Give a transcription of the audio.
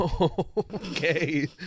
Okay